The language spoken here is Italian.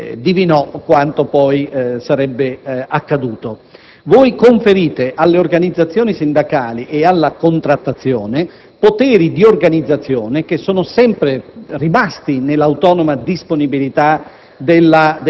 divinò quanto poi sarebbe accaduto. Voi conferite alle organizzazioni sindacali e alla contrattazione poteri di organizzazione che sono sempre rimasti nell'autonoma disponibilità